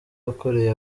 wakoreye